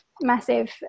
massive